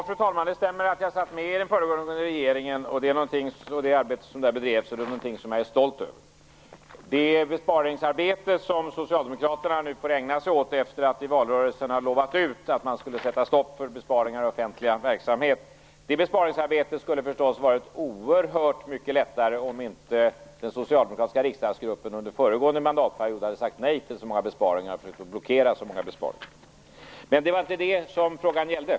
Fru talman! Det stämmer att jag satt med i den föregående regeringen, och det är något som jag är stolt över. Det besparingsarbete som socialdemokraterna nu får ägna sig åt efter att i valrörelsen ha utlovat att man skulle sätta stopp för besparingar i offentlig verksamhet skulle förstås ha varit oerhört mycket lättare om inte den socialdemokratiska riksdagsgruppen under föregående mandatperiod hade sagt nej till och blockerat så många besparingar. Men det var inte det som frågan gällde.